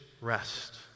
rest